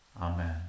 Amen